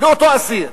לאותו אסיר?